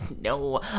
No